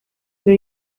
they